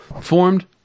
formed